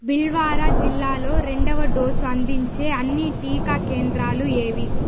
భిల్వారా జిల్లాలో రెండవ డోసు అందించే అన్ని టీకా కేంద్రాలు ఏవి